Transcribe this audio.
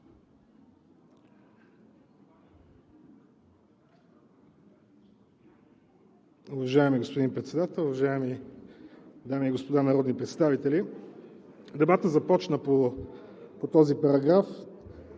Дебатът започна по този параграф.